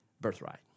birthright